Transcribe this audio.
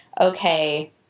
okay